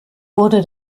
wurde